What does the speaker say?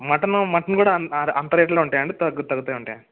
mutton mutton కూడా ఆ అంత రేటులో ఉంటాయా అండి తగు తగ్గుతాయా అండి